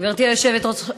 גברתי היושבת-ראש,